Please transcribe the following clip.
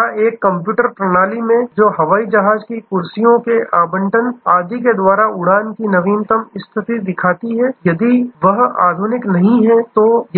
क्या एक कंप्यूटर प्रणाली में जो हवाई जहाज की कुर्सियों के आवंटन आदि के द्वारा उड़ान की नवीनतम स्थिति दिखाती है यदि वह आधुनिक नहीं है